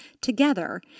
together